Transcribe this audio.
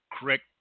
correct